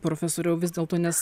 profesoriau vis dėlto nes